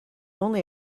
only